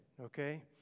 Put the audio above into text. okay